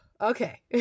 okay